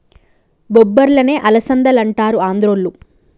బొబ్బర్లనే అలసందలంటారు ఆంద్రోళ్ళు